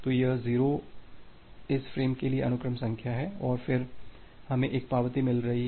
तो यह 0 इस फ्रेम के लिए अनुक्रम संख्या है और फिर हमें एक पावती मिल रही है